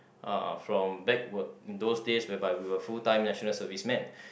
uh from back we~ those days whereby we were full time national servicemen